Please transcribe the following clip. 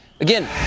Again